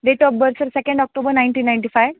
date of birth sir second October nineteen ninety five